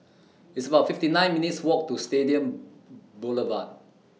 It's about fifty nine minutes' Walk to Stadium Boulevard